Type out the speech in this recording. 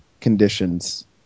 conditions